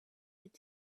had